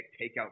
takeout